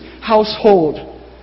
household